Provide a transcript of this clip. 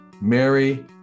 Mary